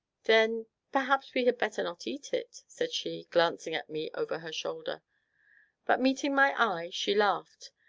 then perhaps we had better not eat it, said she, glancing at me over her shoulder but, meeting my eye, she laughed.